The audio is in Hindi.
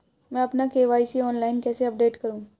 मैं अपना के.वाई.सी ऑनलाइन कैसे अपडेट करूँ?